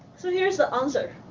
so here's the answer.